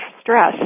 stress